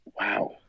Wow